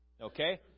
okay